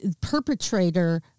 perpetrator